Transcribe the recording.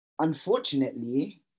unfortunately